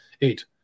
Eight